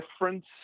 difference